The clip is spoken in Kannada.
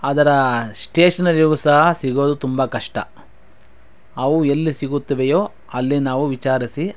ಅದರ ಸ್ಟೇಷನರಿ ಸಹ ಸಿಗೋದು ತುಂಬ ಕಷ್ಟ ಅವು ಎಲ್ಲಿ ಸಿಗುತ್ತವೆಯೋ ಅಲ್ಲಿ ನಾವು ವಿಚಾರಿಸಿ